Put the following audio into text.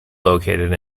located